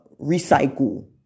recycle